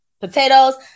Potatoes